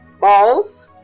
balls